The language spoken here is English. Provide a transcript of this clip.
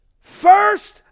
First